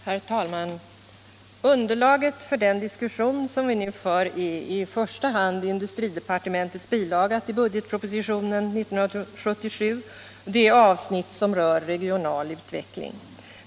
Herr talman! Underlaget för den diskussion vi nu för är i första hand industridepartementets bilaga till budgetpropositionen 1977, det avsnitt som rör regional utveckling.